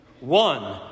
One